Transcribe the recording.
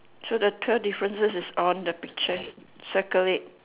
so the twelve differences is on the picture circle it